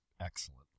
Excellent